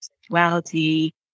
sexuality